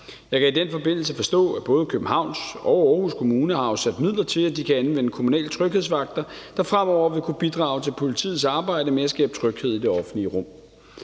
Jeg kan i den forbindelse forstå, at både Københavns og Aarhus Kommuner har afsat midler til, at de kan anvende kommunale tryghedsvagter, der fremover vil kunne bidrage til politiets arbejde med at skabe tryghed i det offentlige rum.